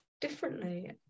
differently